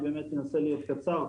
אני באמת אנסה להיות קצר.